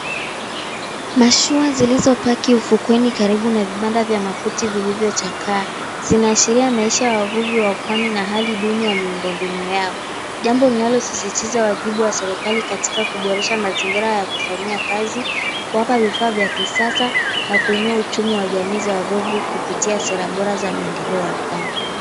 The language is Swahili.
Mashua zilizopaki ufukweni karibu na vibanda vya makuti vilivyochakaa zinaashiria maisha ya wavuvi wa pwani na hali duni ya miundombinu yao. Jambo linalosisitiza wajibu wa serikali katika kuboresha mazingira ya kufanyia kazi, kuwapa vifaa vya kisasa, na kuinua uchumi wa jamii za wavuvi kupitia sera bora za maendeleo ya pwani.